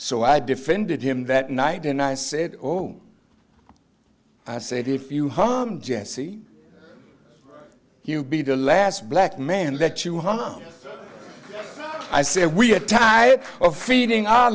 so i defended him that night and i said oh i said if you hung jesse you be the last black man let you hung up i said we had type of feeding our